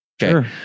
Sure